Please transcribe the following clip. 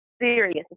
serious